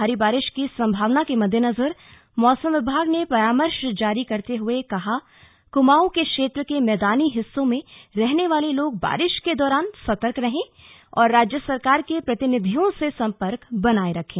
भारी बारिश की संभावना के मददेनजर मौसम विभाग ने परामर्श जारी करते हुए कहा है कि क्माऊं क्षेत्र के मैदानी हिस्सों में रहने वाले लोग बारिश के दौरान सर्तक रहें और राज्य सरकार के प्रतिनिधियों से संपर्क बनाए रखें